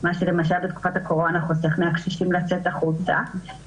מה שלמשל בתקופת הקורונה חוסך מהקשישים לצאת החוצה,